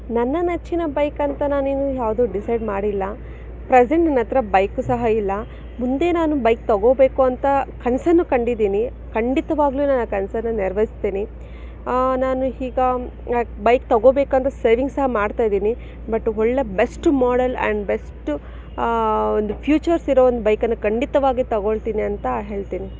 ನನ್ನ ನೆಚ್ಚಿನ ಬೈಕ್ ಅಂತ ನಾನಿನ್ನು ಯಾವುದು ಡಿಸೈಡ್ ಮಾಡಿಲ್ಲ ಪ್ರಸೆಂಟ್ ನನ್ನ ಹತ್ರ ಬೈಕು ಸಹ ಇಲ್ಲ ಮುಂದೆ ನಾನು ಬೈಕ್ ತೊಗೋಬೇಕು ಅಂತ ಕನಸನ್ನು ಕಂಡಿದ್ದೀನಿ ಖಂಡಿತವಾಗಲೂ ನಾನು ಆ ಕನಸನ್ನು ನೆರವೇರಿಸ್ತೀನಿ ನಾನು ಹೀಗೆ ಬೈಕ್ ತೊಗೋಬೇಕಂತ ಸೇವಿಂಗ್ಸ್ ಸಹ ಮಾಡ್ತಾಯಿದ್ದೀನಿ ಬಟ್ ಒಳ್ಳೆ ಬೆಸ್ಟು ಮಾಡೆಲ್ ಆ್ಯಂಡ್ ಬೆಸ್ಟು ಒಂದು ಫ್ಯೂಚರ್ಸ್ ಇರೋ ಒಂದು ಬೈಕನ್ನು ಖಂಡಿತವಾಗಿ ತೊಗೊಳ್ತೀನಿ ಅಂತ ಹೇಳ್ತೀನಿ